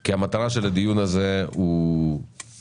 כי המטרה של הדיון הזה היא לייצר